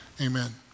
Amen